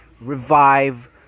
revive